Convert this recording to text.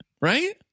right